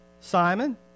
Simon